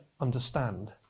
understand